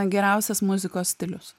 geriausias muzikos stilius